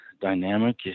dynamic